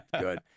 good